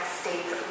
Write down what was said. states